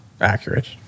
accurate